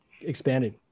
expanded